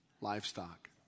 livestock